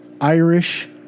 Irish